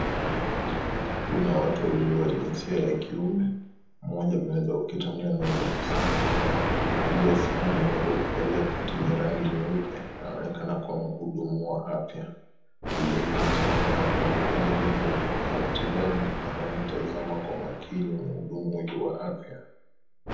Kuna watu wawili wa jinsia ya kiume , mmoja ameweza kuketi , mwingine ameweza kusimama , aliyesimama ameweza kuval ia koti yenye rangi nyeupe , anaonekana kuwa mhudumu wa afya . Aliyeketi anaonekana kuwa mgonjwa aliyekuja kupokea matibabu na anamtazama kwa makini mhudumu huyu wa afya.